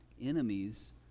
Enemies